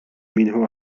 منه